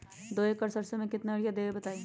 दो एकड़ सरसो म केतना यूरिया देब बताई?